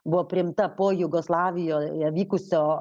buvo priimta po jugoslavijoje vykusio